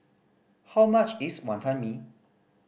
how much is Wantan Mee